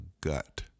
gut